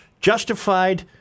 justified